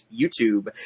YouTube